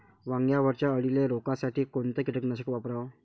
वांग्यावरच्या अळीले रोकासाठी कोनतं कीटकनाशक वापराव?